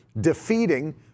defeating